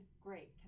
great